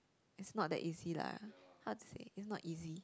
is not that easy lah how to say it's not easy